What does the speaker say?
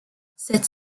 cette